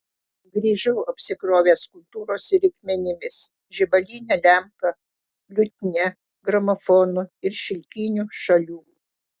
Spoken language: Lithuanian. grįžau apsikrovęs kultūros reikmenimis žibaline lempa liutnia gramofonu ir šilkiniu šalių